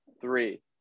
Three